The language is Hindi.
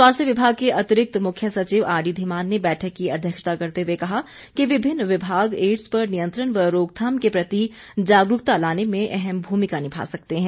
स्वास्थ्य विभाग के अतिरिक्त मुख्य सचिव आरडी धीमान ने बैठक की अध्यक्षता करते हुए कहा कि विभिन्न विभाग एड्स पर नियंत्रण व रोकथाम के प्रति जागरूकता लाने में अहम भूमिका निभा सकते हैं